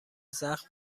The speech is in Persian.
زخم